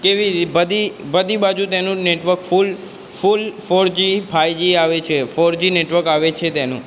એવી બધી બધી બાજુ તેનું network full full four G five G આવે છે ફોરજી નેટવર્ક આવે છે તેનું